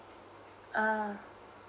ah